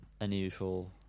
unusual